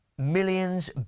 Millions